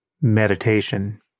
Meditation